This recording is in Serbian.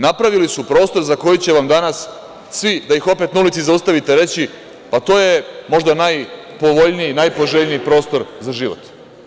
Napravili su prostor za koji će vam danas svi, da ih opet na ulici zaustavite, reći da je to možda najpovoljniji, najpoželjniji prostor za život.